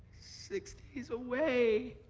six days away.